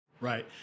Right